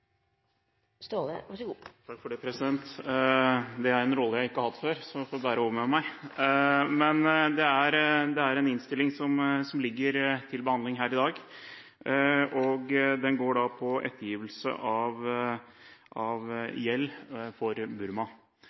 er en rolle jeg ikke har hatt før, så dere får bære over med meg. Innstillingen som ligger til behandling her i dag, dreier seg om ettergivelse av gjeld for Burma.